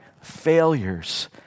failures